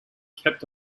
kept